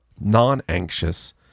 non-anxious